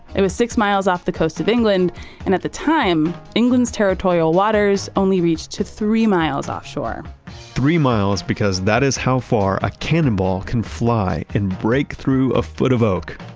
it was six miles off the coast of england and at the time, england's territorial waters only reached to three miles offshore three miles because that is how far a cannonball can fly and breakthrough breakthrough a foot of oak,